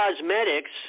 cosmetics